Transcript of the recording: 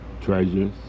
Treasures